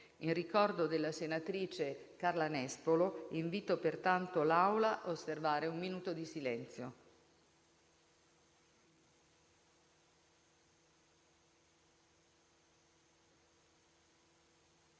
In ricordo della senatrice Carla Nespolo invito pertanto l'Aula ad osservare un minuto di silenzio.